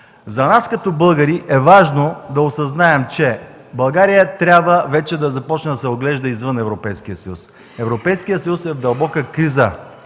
За нас, като българи, е важно да осъзнаем, че България трябва вече да започне да се оглежда извън Европейския съюз. Европейският съюз е в дълбока криза,